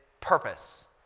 purpose